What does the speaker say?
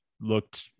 looked